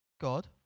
God